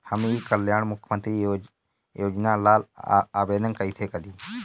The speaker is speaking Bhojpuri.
हम ई कल्याण मुख्य्मंत्री योजना ला आवेदन कईसे करी?